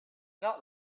not